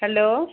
hello